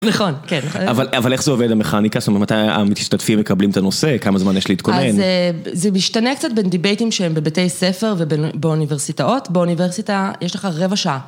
אבל איך זה עובד המכניקה? זאת אומרת, מתי המשתתפים מקבלים את הנושא? כמה זמן יש להתכונן? אז זה משתנה קצת בין דיבייטים שהם בבתי ספר ובאוניברסיטאות. באוניברסיטה יש לך רבע שעה.